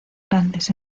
grandes